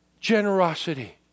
generosity